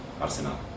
Arsenal